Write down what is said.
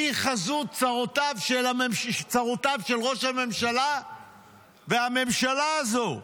היא חזות צרותיו של ראש הממשלה והממשלה הזו.